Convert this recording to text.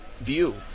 view